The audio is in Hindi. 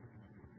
ABBA A dlr r